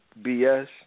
BS